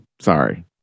Sorry